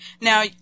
Now